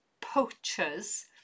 poachers